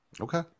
Okay